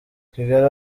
kigali